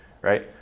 Right